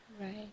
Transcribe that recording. Right